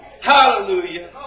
Hallelujah